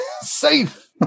Safe